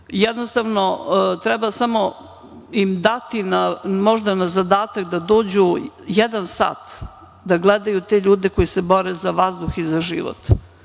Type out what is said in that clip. Jednostavno treba im samo dati možda zadatak da dođu jedan sat da gledaju te ljude koji se bore za vazduh i za život.